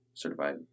certified